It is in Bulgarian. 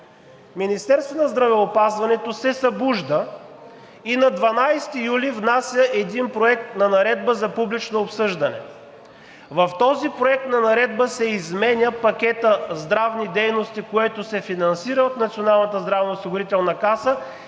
Министерството на здравеопазването се събужда и на 12 юли внася един Проект на наредба за публично обсъждане. В този проект на наредба се изменя пакетът здравни дейности, който се финансира от